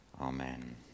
amen